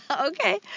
Okay